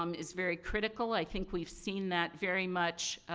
um is very critical. i think we've seen that, very much,